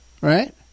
right